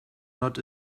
not